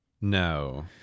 No